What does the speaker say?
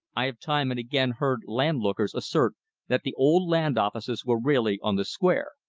i have time and again heard landlookers assert that the old land offices were rarely on the square,